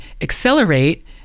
accelerate